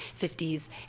50s